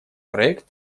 проект